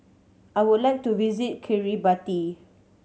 I would like to visit Kiribati